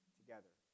together